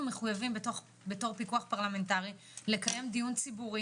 אנחנו מחויבים בתור פיקוח פרלמנטרי לקיים דיון ציבורי